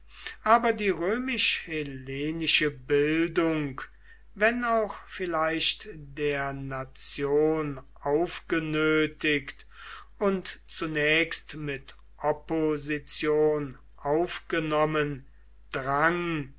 aber die römisch hellenische bildung wenn auch vielleicht der nation aufgenötigt und zunächst mit opposition aufgenommen drang